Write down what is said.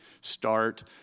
start